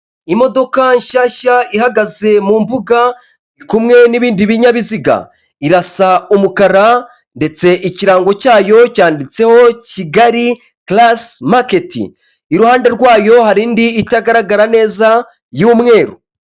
Imodoka nshyashya ihagaze mu mbuga kumwe n'ibindi binyabiziga. Irasa umukara ndetse ikirango cyayo cyanditseho Kigali karase maketi. Iruhande rwayo hari indi itagaragara neza y'umweru.